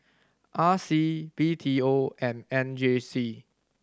R C B T O and M J C